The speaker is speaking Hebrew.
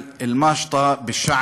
(אומר בערבית: מה יכול המסרק לעשות בשיער